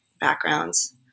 backgrounds